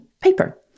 paper